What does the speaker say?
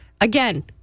Again